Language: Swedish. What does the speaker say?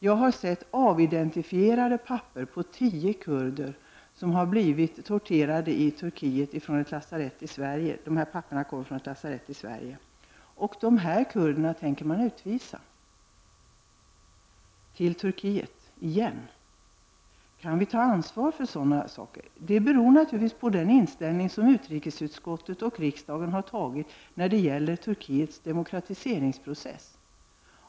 Jag har sett avidentifierade papper från ett lasarett i Sverige rörande tio kurder som har blivit torterade i Turkiet. Dessa kurder tänker man utvisa till Turkiet. Kan vi ta ansvar för sådana saker? Det beror naturligtvis på den inställning som utrikesutskottet och riksdagen har när det gäller Turkiets demokratiseringsprocess.